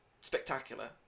spectacular